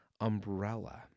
umbrella